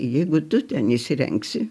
jeigu tu ten įsirengsi